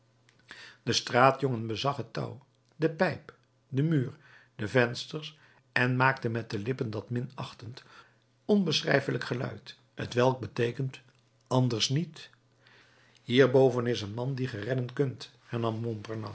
de straatjongen bezag het touw de pijp den muur de vensters en maakte met de lippen dat minachtend onbeschrijfelijk geluid t welk beteekent anders niet hierboven is een man dien ge redden kunt